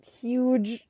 huge